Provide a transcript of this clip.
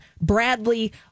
Bradley